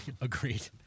Agreed